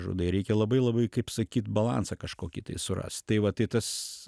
žudai reikia labai labai kaip sakyt balansą kažkokį tai surast tai va tai tas